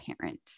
parent